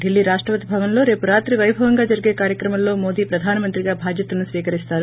ఢిల్లీ రాష్షపతి భవన్లో రేపురాత్రి వైభవంగా జరిగే కార్యక్రమంలో మోదీ ప్రధానమంత్రిగా ట్రాధ్వతలను స్వీకరిస్తారు